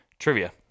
trivia